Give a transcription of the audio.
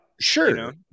Sure